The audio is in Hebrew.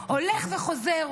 הולך וחוזר,